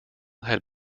had